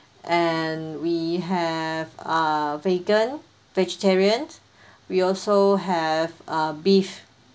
and we have uh vegan vegetarian we also have uh beef